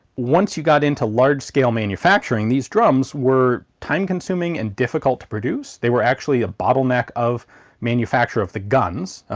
once you got into large-scale manufacturing these drums were time-consuming and difficult to produce. they were actually a bottleneck of manufacture of the guns.